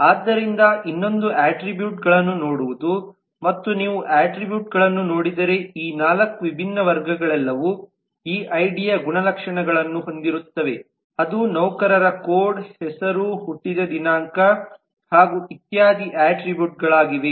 ಆದ್ದರಿಂದ ಇನ್ನೊಂದು ಅಟ್ರಿಬ್ಯೂಟ್ಗಳನ್ನು ನೋಡುವುದು ಮತ್ತು ನೀವು ಅಟ್ರಿಬ್ಯೂಟ್ಗಳನ್ನು ನೋಡಿದರೆ ಈ 4 ವಿಭಿನ್ನ ವರ್ಗಗಳೆಲ್ಲವೂ ಈ ID ಯ ಗುಣಲಕ್ಷಣಗಳನ್ನು ಹೊಂದಿರುತ್ತವೆ ಅದು ನೌಕರರ ಕೋಡ್ ಹೆಸರು ಹುಟ್ಟಿದ ದಿನಾಂಕ ಹಾಗೂ ಇತ್ಯಾದಿ ಅಟ್ರಿಬ್ಯೂಟ್ಗಳಾಗಿವೆ